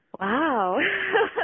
Wow